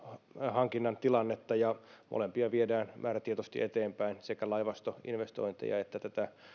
hankinnan tilannetta ja molempia viedään määrätietoisesti eteenpäin sekä laivastoinvestointeja että tätä